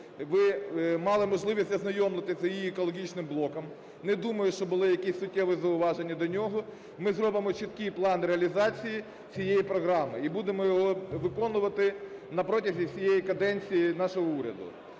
Ви мали можливість ознайомитися з її екологічним блоком, не думаю, що були якісь суттєві зауваження до нього. Ми зробимо чіткий план реалізації цієї програми і будемо його виконувати на протязі всієї каденції нашого уряду.